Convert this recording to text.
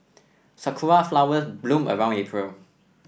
sakura flowers bloom around April